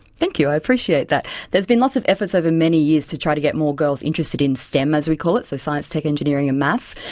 thank you, i appreciate that. there has been lots of efforts over many years to try to get more girls interested in stem, as we call it, so science, technology, engineering and maths.